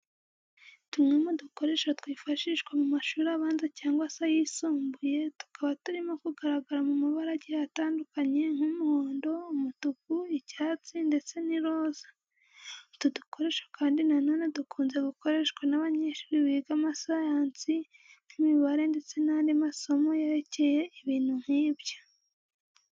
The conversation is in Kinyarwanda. Tumwe mu dukoresho twifashwa mu mashuri abanza cyangwa se ayisumbuye, tukaba turimo kugaragara mu mabara agiye atandukanye nk'umuhondo, umutuku, icyatsi ndetse n'iroza. Utu dukoresho kandi na none dukunze gukoreshwa n'abanyeshuri biga amasiyansi nk'imibare ndetse n'andi masomo yerekeye ibintu nk'ibyo.